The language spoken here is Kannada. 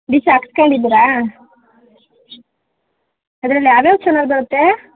ಡಿಶ್ ಹಾಕಿಸ್ಕೊಂಡಿದಿರಾ ಅದ್ರಲ್ಲಿ ಯಾವ್ಯಾವ ಚಾನಲ್ ಬರುತ್ತೆ